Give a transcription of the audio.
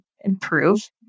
improve